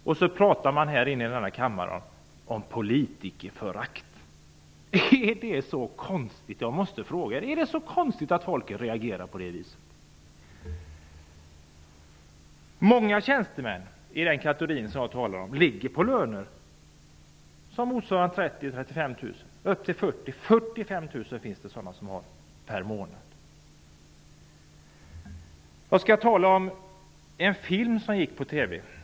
I denna kammare talas det om politikerföraktet. Men är det så konstigt att folk reagerar med politikerförakt? Många tjänstemän inom den kategori som jag talar om har löner på 30 000--35 000 och upp till 40 000 kr. Det finns t.o.m. de som tjänar 45 000 kr i månaden. Jag skall nu tala om en film som visats på TV.